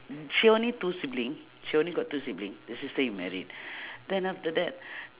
mm she only two sibling she only got two sibling the sister is married then after that